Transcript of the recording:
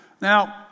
Now